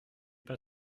pas